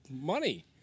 money